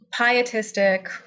Pietistic